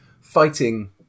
fighting